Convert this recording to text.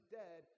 dead